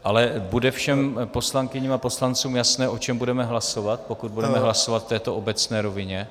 Ale bude všem poslankyním a poslancům jasné, o čem budeme hlasovat, pokud budeme hlasovat v této obecné rovině?